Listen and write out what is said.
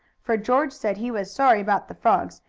for george said he was sorry about the frogs,